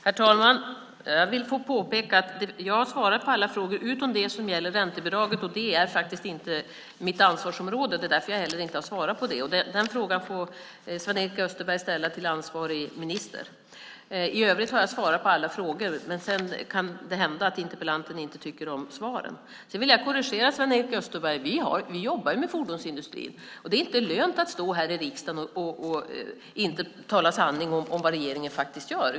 Herr talman! Jag vill påpeka att jag har svarat på alla frågor utom det som gäller räntebidraget, och det är faktiskt inte mitt ansvarsområde. Det är därför som jag heller inte har svarat på det. Den frågan får Sven-Erik Österberg ställa till ansvarig minister. I övrigt har jag svarat på alla frågor, men det kan hända att interpellanten inte tycker om svaren. Sedan vill jag korrigera Sven-Erik Österberg. Vi jobbar ju med fordonsindustrin. Det är inte lönt att stå här i riksdagen och inte tala sanning om vad regeringen faktiskt gör.